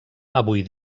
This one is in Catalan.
avui